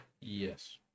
yes